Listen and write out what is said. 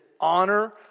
honor